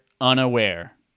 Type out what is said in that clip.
unaware